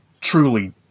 truly